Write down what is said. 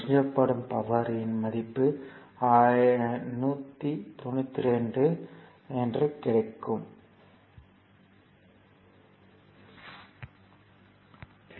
உறிஞ்சப்படும் பவர் இன் மதிப்பு 192 வாட் என்று கிடைத்தது